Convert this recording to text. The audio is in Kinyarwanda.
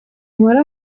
nkore